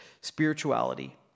spirituality